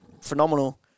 phenomenal